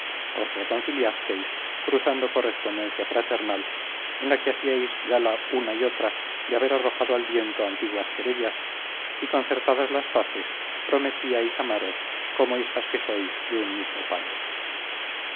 os reconciliasteis cruzando correspondencia fraternal en la que hacíais gala una y otra de haber arrojado al viento antiguas querellas y concertadas las paces prometíais amaros como hijas que sois de un mismo padre